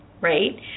right